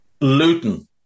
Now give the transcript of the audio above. Luton